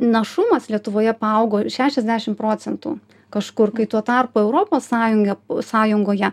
našumas lietuvoje paaugo šešiasdešim procentų kažkur kai tuo tarpu europos sąjunga sąjungoje